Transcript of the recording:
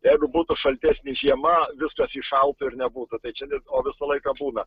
jeigu būtų šaltesnė žiema viskas išaugtų ir nebūtų tai čia dėl to visą laiką būna